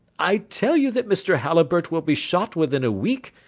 i tell you that mr. halliburtt will be shot within a week,